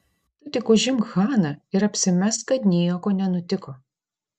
tu tik užimk haną ir apsimesk kad nieko nenutiko